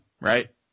right